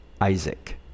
Isaac